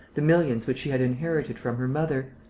the millions which she had inherited from her mother?